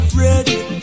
ready